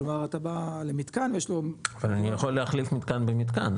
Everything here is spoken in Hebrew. כלומר אתה בא למתקן ויש לו -- אבל אני יכול להחליף מתקן במתקן,